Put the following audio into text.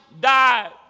died